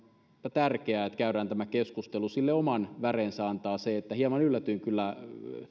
tärkeää että käydään tämä keskustelu sille oman väreensä antaa se että hieman yllätyin kyllä